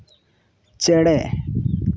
ᱪᱮᱬᱮ